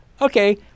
Okay